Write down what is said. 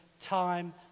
time